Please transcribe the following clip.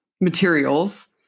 materials